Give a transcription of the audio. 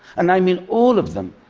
and i mean all of them.